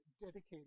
dedicated